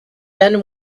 than